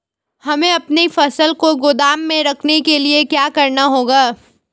हमें अपनी फसल को गोदाम में रखने के लिये क्या करना होगा?